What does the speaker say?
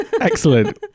Excellent